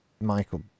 Michael